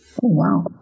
wow